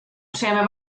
přejeme